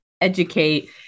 educate